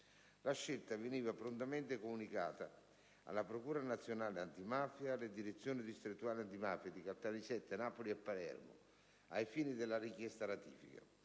La scelta veniva prontamente comunicata alla procura nazionale antimafia ed alle direzioni distrettuali antimafia di Caltanissetta, Napoli e Palermo, ai fini della richiesta ratifica.